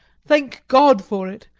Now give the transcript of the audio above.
thank god for it,